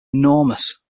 enormous